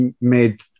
made